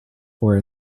for